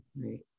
right